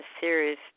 series